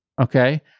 okay